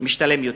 למשתלם יותר.